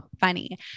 funny